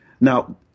Now